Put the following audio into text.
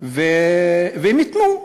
והם התנו,